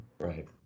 Right